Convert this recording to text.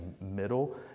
middle